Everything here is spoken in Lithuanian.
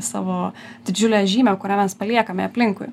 savo didžiulę žymę kurią mes paliekame aplinkui